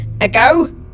ago